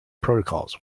protocols